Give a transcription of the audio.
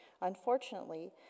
Unfortunately